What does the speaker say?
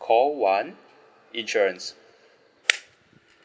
call one insurance